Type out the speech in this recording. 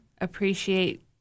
appreciate